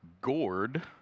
gourd